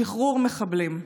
שחרור מחבלים.